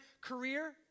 career